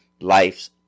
life's